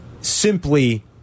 simply